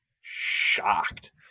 shocked